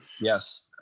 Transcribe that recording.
Yes